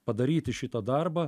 padaryti šitą darbą